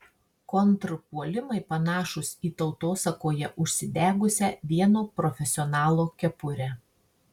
kontrpuolimai panašūs į tautosakoje užsidegusią vieno profesionalo kepurę